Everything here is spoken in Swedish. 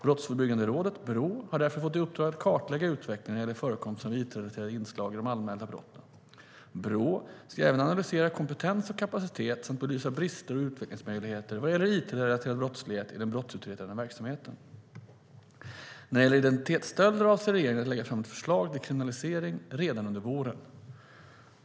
Brottsförebyggande rådet, Brå, har därför fått i uppdrag att kartlägga utvecklingen när det gäller förekomsten av it-relaterade inslag i de anmälda brotten. Brå ska även analysera kompetens och kapacitet samt belysa brister och utvecklingsmöjligheter vad gäller it-relaterad brottslighet i den brottsutredande verksamheten. När det gäller identitetsstölder avser regeringen att lägga fram ett förslag till kriminalisering redan under våren.